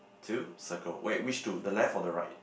to circle wait which two the left or the right